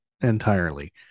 entirely